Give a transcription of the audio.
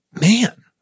man